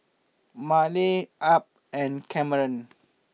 Maleah Ab and Cameron